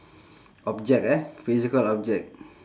object eh physical object